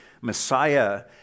Messiah